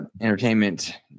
entertainment